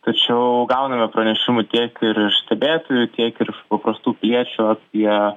tačiau gauname pranešimų tiek ir iš stebėtojų tiek ir paprastų piliečių apie